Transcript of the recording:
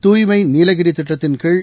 தூய்மை நீலகிரி திட்டத்தின் கீழ்